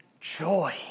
joy